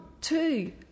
two